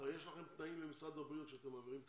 הרי יש לכם תנאים למשרד הבריאות כשאתם מעבירים תקציב,